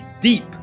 deep